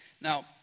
Now